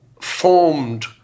formed